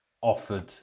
offered